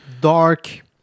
dark